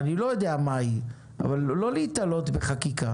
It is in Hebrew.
אני לא יודע מה יהיה אבל לא להיתלות בחקיקה.